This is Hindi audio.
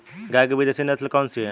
गाय की विदेशी नस्ल कौन सी है?